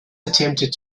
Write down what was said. attempted